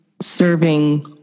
serving